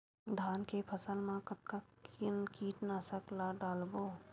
धान के फसल मा कतका कन कीटनाशक ला डलबो?